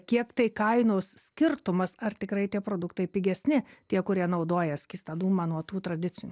kiek tai kainos skirtumas ar tikrai tie produktai pigesni tie kurie naudoja skystą dūmą nuo tų tradicijų